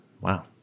Wow